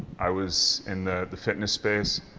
i was in the the fitness space,